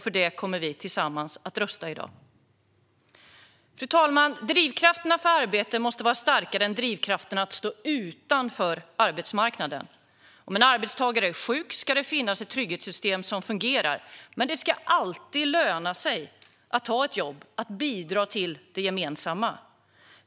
För det kommer vi tillsammans att rösta i dag. Fru talman! Drivkrafterna för arbete måste vara starkare än drivkrafterna att stå utanför arbetsmarknaden. Om en arbetstagare är sjuk ska det finnas ett trygghetssystem som fungerar. Men det ska alltid löna sig att ta ett jobb och att bidra till det gemensamma.